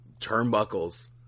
turnbuckles